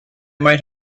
might